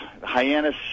Hyannis